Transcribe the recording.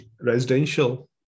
residential